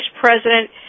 President